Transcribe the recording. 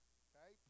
okay